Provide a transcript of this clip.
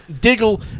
Diggle